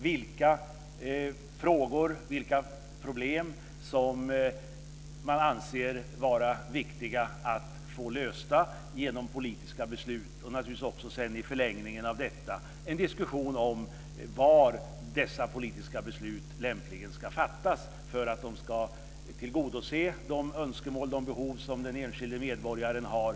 Vilka frågor och problem anser man vara viktiga att få lösta genom politiska beslut? Och i förlängningen av detta måste det föras en diskussion om var dessa politiska beslut lämpligen ska fattas för att de ska tillgodose de önskemål och de behov som den enskilde medborgaren har.